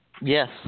Yes